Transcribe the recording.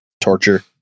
Torture